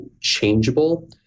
changeable